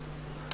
שנייה, שנייה.